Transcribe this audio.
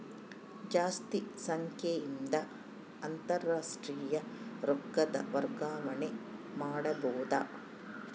ಜಾಸ್ತಿ ಸಂಖ್ಯೆಯಿಂದ ಅಂತಾರಾಷ್ಟ್ರೀಯ ರೊಕ್ಕದ ವರ್ಗಾವಣೆ ಮಾಡಬೊದು